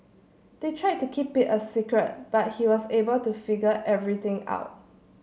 they tried to keep it a secret but he was able to figure everything out